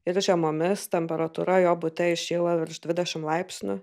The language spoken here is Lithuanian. ir žiemomis temperatūra jo bute įšyla virš dvidešimt laipsnių